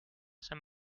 saint